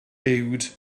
uwd